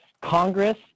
Congress